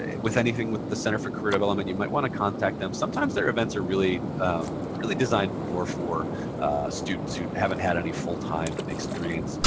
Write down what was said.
with anything with the center for career development, you might want to contact them. sometimes their events are really really designed more for students who haven't had any full-time experience.